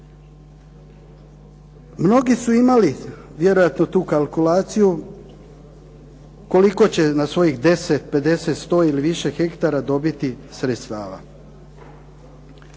Mnogi su imali vjerojatno tu kalkulaciju koliko će na svojih 10, 50, 100 ili više hektara dobiti sredstava.